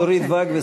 דורית ואג.